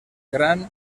gran